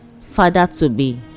father-to-be